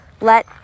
Let